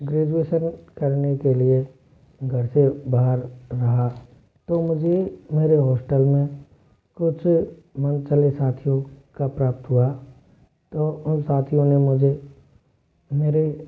graduation करने के लिए घर से बाहर रहा तो मुझे मेरे हॉस्टल में कुछ मनचले साथियों का प्राप्त हुआ तो उन साथियों ने मुझे मेरे